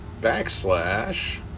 backslash